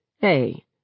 Hey